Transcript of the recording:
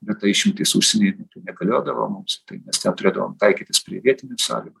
bet ta išimtis užsienyje negaliodavo mums tai ten turėdavom taikytis prie vietinių sąlygų